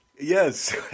Yes